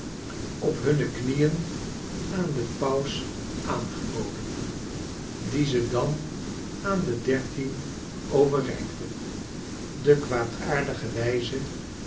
op hunne knieen aan den paus aangeboden die ze dan aan de dertien overreikte de kwaadaardige wijze